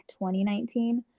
2019